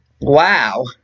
Wow